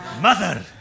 Mother